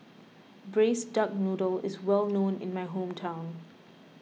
Braised Duck Noodle is well known in my hometown